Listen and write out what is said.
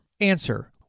Answer